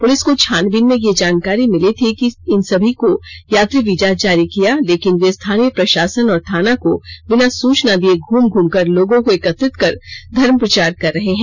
police को छानबीन में यह जानकारी मिली थी कि इन सभी को यात्री वीजा जारी किया लेकिन वे स्थानीय प्रषासन और थाना को बिना सुचना दिये घ्रम घ्रम कर लोगों को एकत्रित कर धर्म प्रचार कर रहे हैं